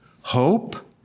hope